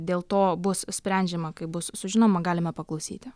dėl to bus sprendžiama kai bus sužinoma galime paklausyti